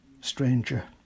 stranger